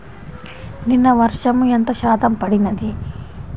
నిన్న వర్షము ఎంత శాతము పడినది?